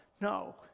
no